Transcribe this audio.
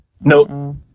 Nope